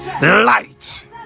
Light